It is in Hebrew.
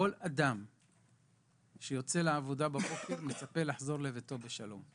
כל אדם שיוצא לעבודתו בבוקר מצפה לחזור לביתו בשלום.